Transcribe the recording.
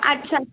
अच्छा